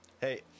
Hey